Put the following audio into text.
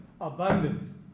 Abundant